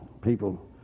People